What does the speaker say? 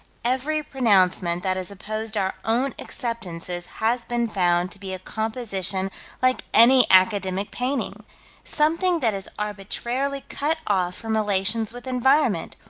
every pronouncement that has opposed our own acceptances has been found to be a composition like any academic painting something that is arbitrarily cut off from relations with environment,